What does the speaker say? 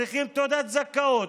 צריכים תעודת זכאות,